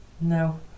No